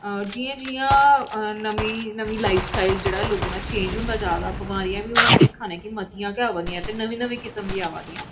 जि'यां जि'यां नमीं नमीं लाइफ सटाइल लोकें दा चेंज होंदा जा दा बिमारियां बी अस दिक्खा ने हुन मतियां गै आवा दियां ते नमीं नमीं किस्म दी आवा दियां